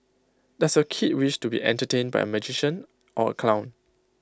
does your kid wish to be entertained by A magician or A clown